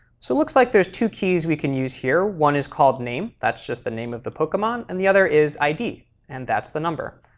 so it looks like there's two keys we can use here. one is called name. that's just the name of the pokemon. and the other is id, and that's the number.